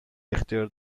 اختیار